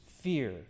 fear